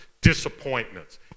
disappointments